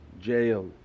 jail